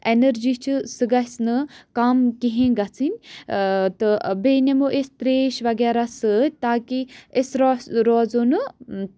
energy چھِ سُہ گَژھِ نہٕ کَم کِہیٖنۍ گَژھٕنۍ تہٕ بیٚیہِ نِمو أسۍ تریش وغیرہ سۭتۍ تاکہِ أسۍ رو روزو نہٕ